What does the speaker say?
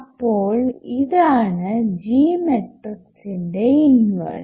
അപ്പോൾ ഇതാണ് G മെട്രിക്ക്സിന്റെ ഇൻവെർസ്